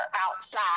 outside